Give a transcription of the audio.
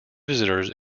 visitors